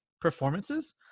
performances